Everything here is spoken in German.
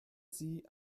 sie